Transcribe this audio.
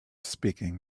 speaking